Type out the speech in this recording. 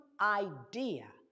idea